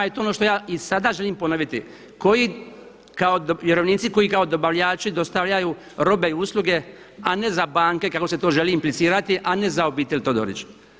I to je ono što i sada želim ponoviti, vjerovnici koji kao dobavljači dostavljaju robe i usluge, a ne za banke kako se to želi implicirati, a ne za obitelj Todorić.